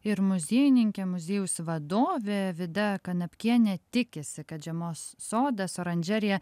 ir muziejininkė muziejaus vadovė vida kanapkienė tikisi kad žiemos sodas oranžerija